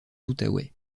outaouais